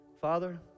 Father